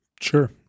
Sure